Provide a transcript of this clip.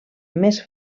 més